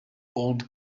old